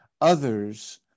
others